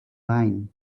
line